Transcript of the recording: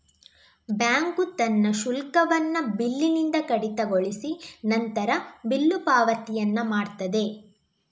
bank ತನ್ನ ಶುಲ್ಕವನ್ನ ಬಿಲ್ಲಿನಿಂದ ಕಡಿತಗೊಳಿಸಿ ನಂತರ ಬಿಲ್ಲು ಪಾವತಿಯನ್ನ ಮಾಡ್ತದೆ